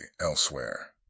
elsewhere